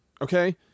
okay